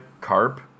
Carp